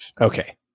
Okay